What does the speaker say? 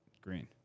Green